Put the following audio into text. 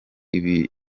ibirayi